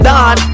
Don